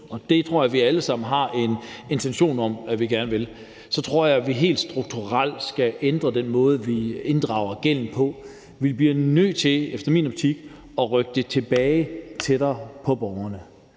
det tror jeg vi alle sammen har en intention om at vi gerne vil – så tror jeg, vi helt strukturelt skal ændre den måde, vi inddrager gælden på. Vi bliver efter min optik nødt til at rykke det tilbage, så det er tættere på borgerne.